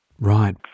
Right